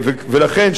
ולכן,